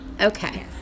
Okay